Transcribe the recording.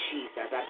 Jesus